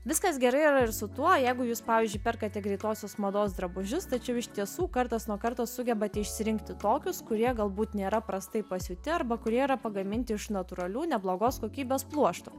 viskas gerai yra ir su tuo jeigu jūs pavyzdžiui perkate greitosios mados drabužius tačiau iš tiesų kartas nuo karto sugebate išsirinkti tokius kurie galbūt nėra prastai pasiūti arba kurie yra pagaminti iš natūralių neblogos kokybės pluoštų